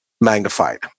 magnified